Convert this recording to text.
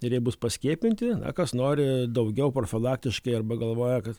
ir jie bus paskiepinti na kas nori daugiau profilaktiškai arba galvoja kad